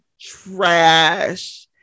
trash